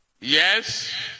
Yes